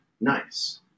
nice